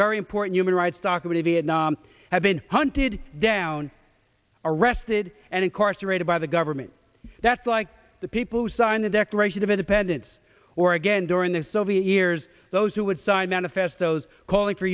very important human rights document vietnam have been hunted down arrested and incarcerated by the government that's like the people who signed the declaration of independence or again during their soviet years those who would side manifest those calling for